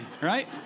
right